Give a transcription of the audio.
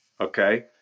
okay